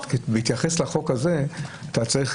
בהתייחס לחוק הזה אתה גם צריך